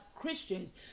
Christians